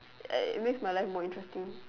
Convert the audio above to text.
uh it makes my life more interesting